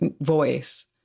voice